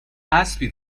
اسبی